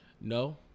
No